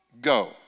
go